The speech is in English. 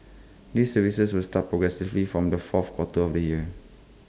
these services will start progressively from the fourth quarter of the year